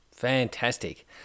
Fantastic